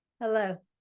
Hello